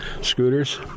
scooters